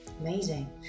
Amazing